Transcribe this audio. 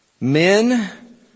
men